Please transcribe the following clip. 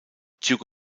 duke